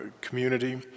community